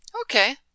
Okay